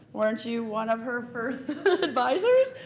weren't you one of her first advisors?